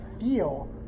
feel